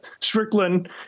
Strickland